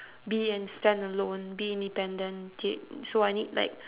be and stand alone be independent kid so I need like